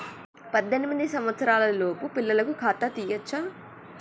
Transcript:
పద్దెనిమిది సంవత్సరాలలోపు పిల్లలకు ఖాతా తీయచ్చా?